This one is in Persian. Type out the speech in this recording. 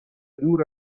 دور